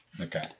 Okay